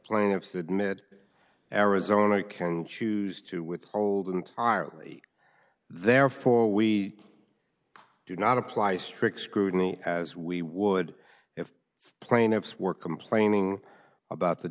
plaintiffs admit arizona can choose to withhold entirely therefore we do not apply strict scrutiny as we would plaintiffs were complaining about the